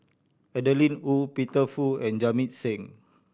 Adeline Ooi Peter Fu and Jamit Singh